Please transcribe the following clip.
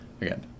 again